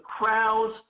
crowds